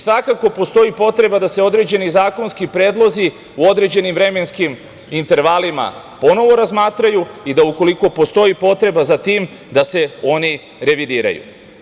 Svakako postoji potreba da se određeni zakonski predlozi u određenim vremenskim intervalima ponovo razmatraju i da u koliko postoji potreba za tim da se oni revidiraju.